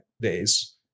days